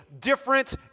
different